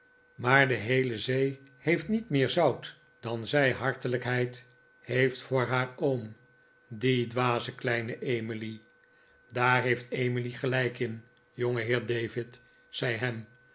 maar de heele zee heeft niet meer zout dan zij hartelijkheid heeft voor haar oom die dwaze kleine emily daar heeft emily gelijk in jongeheer david zei ham